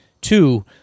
Two